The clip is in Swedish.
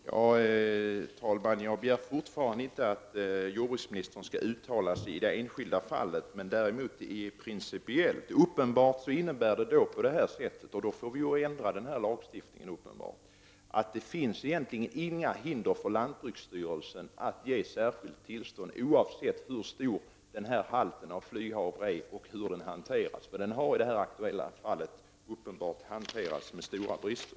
Herr talman! Jag begär fortfarande inte att jordbruksministern skall uttala sig i det enskilda fallet, men däremot principiellt. Uppenbart är det på det sättet, och då får vi ändra lagstiftningen, att det inte finns några hinder för lantbruksstyrelsen att ge särskilt tillstånd, oavsett hur stor halten av flyghavre är och hur den hanteras. Hanteringen har i det aktuella fallet uppenbart haft stora brister.